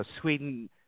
Sweden